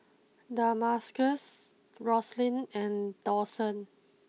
Damarcus Roslyn and Dawson